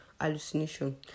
Hallucination